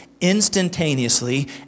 instantaneously